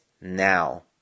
now